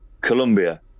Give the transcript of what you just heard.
Colombia